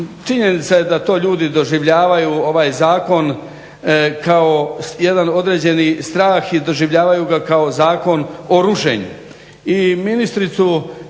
činjenica je da to ljudi doživljavaju ovaj zakon kao jedan određeni strah i doživljavaju ga kao zakon o rušenju.